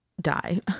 die